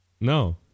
No